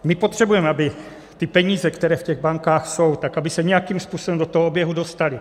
My potřebujeme, aby ty peníze, které v těch bankách jsou, tak aby se nějakým způsobem do toho oběhu dostaly.